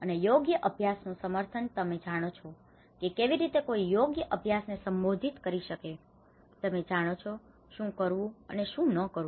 અને યોગ્ય અભ્યાસનું સમર્થન તમે જાણો છો કે કેવી રીતે કોઈ યોગ્ય અભ્યાસ ને સંબોધિત કરી શકે છે તમે જાણો છો કે શું કરવું અને શું ન કરવું